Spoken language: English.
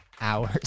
hours